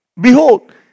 Behold